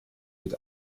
mit